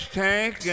tank